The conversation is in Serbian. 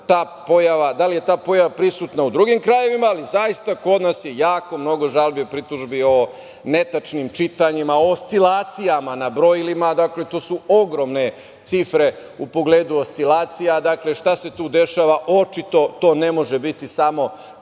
da li je ta pojava prisutna u drugim krajevima, ali zaista kod nas je jako mnogo žalbi i pritužbi o netačnim čitanjima, o oscilacijama na brojilima. Dakle, to su ogromne cifre u pogledu oscilacija. Šta se tu dešava, očito to ne može biti samo